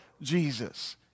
Jesus